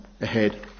ahead